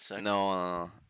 No